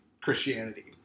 Christianity